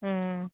हूँ